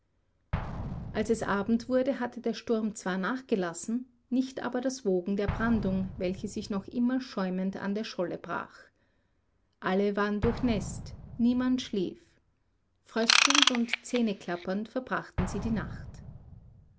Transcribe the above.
als es abend wurde hatte der sturm zwar nachgelassen nicht aber das wogen der brandung welche sich noch immer schäumend an der scholle brach alle waren durchnäßt niemand schlief fröstelnd und zähneklappernd verbrachten sie die nacht